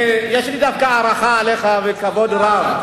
יש לי דווקא הערכה אליך וכבוד רב,